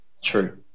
True